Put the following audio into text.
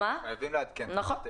נכון.